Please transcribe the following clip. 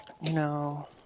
No